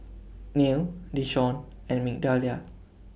Neal Deshawn and Migdalia